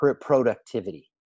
productivity